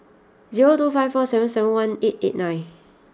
zero two five four seven seven one eight eight nine